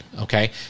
Okay